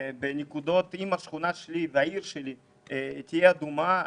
ואם השכונה שלי והעיר שלי תהיה אדומה,